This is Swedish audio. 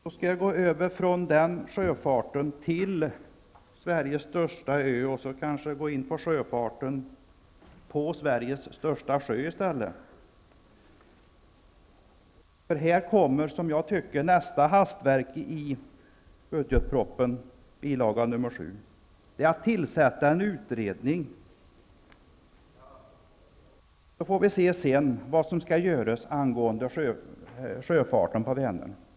Jag skall gå över från frågan om sjöfarten till Sveriges största ö och i stället tala om sjöfarten på Sveriges största sjö, nämligen Vänern. Här kommer enligt min mening nästa hastverk i budgetpropositionens bil. 7. Regeringen säger: Tillsätt en utredning, så får vi se vad som sedan skall göras angående sjöfarten på Vänern.